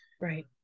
right